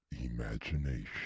imagination